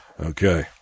Okay